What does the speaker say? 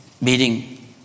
meeting